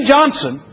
Johnson